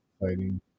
fighting